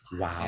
Wow